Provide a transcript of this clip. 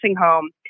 home